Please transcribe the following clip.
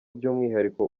by’umwihariko